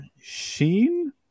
Sheen